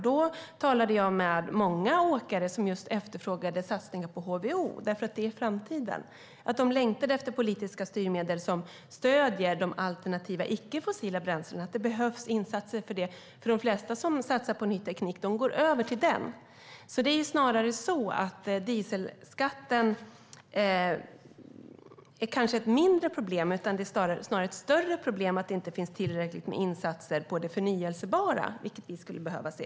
Jag talade med många åkare som efterfrågade satsningar på HVO, eftersom det är framtiden. De längtade efter politiska styrmedel som stöder de alternativa icke-fossila bränslena. Det behövs insatser för det. De flesta som satsar på ny teknik går över till den. Dieselskatten är kanske ett mindre problem. Det är snarare ett större problem att det inte finns tillräckligt med insatser för det förnybara, vilket vi skulle behöva se.